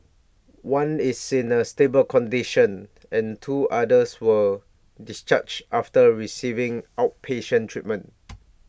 one is in A stable condition and two others were discharged after receiving outpatient treatment